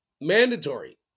Mandatory